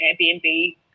Airbnb